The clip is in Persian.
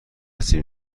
سیب